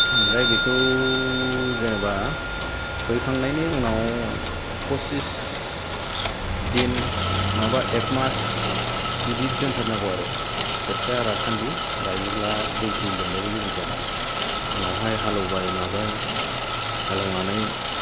ओमफ्राय बेखौ जेनेबा खुबैखांनायनि उनाव फसिस दिन नङाबा एक मास बिदि दोनथारनांगौ आरो खोथिया रासान्दि रायोब्ला दै थै लोमबाबो जेबो जायानालाय उनावहाय हालेवबाय माबाय हालेवनानै